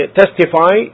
testify